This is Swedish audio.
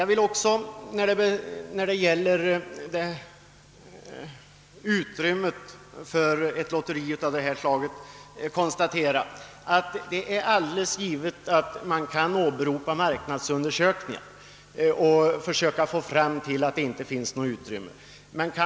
I fråga om utrymmet för lotterier av detta slag kan man naturligtvis åberopa marknadsundersökningar som skulle visa att det inte finns något utrymme för ytterligare lottförsäljningar.